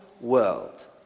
world